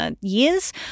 Years